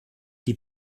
die